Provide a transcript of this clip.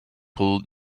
pool